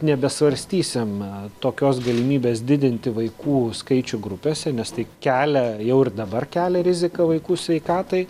nebesvarstysim tokios galimybės didinti vaikų skaičių grupėse nes tai kelia jau ir dabar kelia riziką vaikų sveikatai